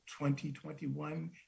2021